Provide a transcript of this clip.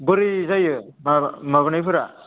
बोरै जायो माबानायफोरा